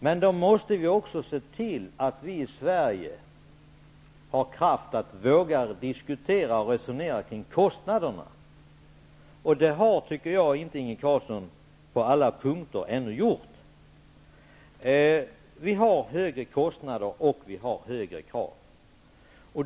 Men då måste vi se till att vi i Sverige har kraft att våga diskutera och resonera kring kostnaderna. Det har inte Inge Carlsson gjort än på alla punkter. Kostnaderna är högre, och kraven är högre.